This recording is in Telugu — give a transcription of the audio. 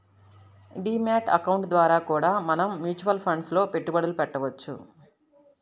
డీ మ్యాట్ అకౌంట్ ద్వారా కూడా మనం మ్యూచువల్ ఫండ్స్ లో పెట్టుబడులు పెట్టవచ్చు